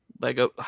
Lego